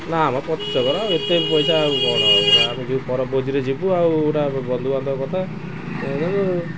ନା ମ ପଚିଶ କର ଏତେ ପଇସା ଆଉ ଆମେ ଯିବୁ ପର ଭୋଜିରେ ଯିବୁ ଆଉ ଏଗୁଡ଼ା ବନ୍ଧୁବାନ୍ଧବ କଥା